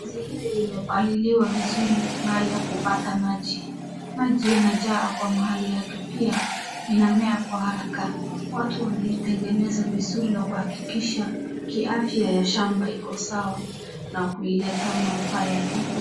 Mti hii imepaliliwavizuri mahali ya kupata maji , maji yanajaa kwa mahali yake pia inamea kwa haraka ,w atu wanaitengeneza vizuri na kuhakikisha kiafya ya shamba ikosawa na kuleta manufaa yake.